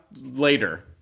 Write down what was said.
later